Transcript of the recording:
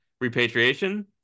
repatriation